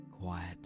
quiet